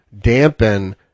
dampen